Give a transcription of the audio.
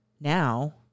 now